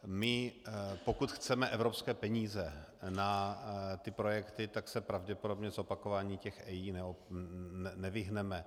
My pokud chceme evropské peníze na ty projekty, tak se pravděpodobně zopakování těch EIA nevyhneme.